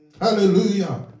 hallelujah